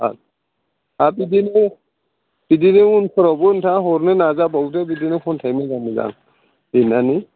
आरो बिदिनो बिदिनो उनफ्रावबो नोंथाङा हरनो नाजा बावदो बिदिनो खन्थाइ मोजां मोजां लिरनानै